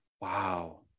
Wow